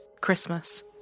Christmas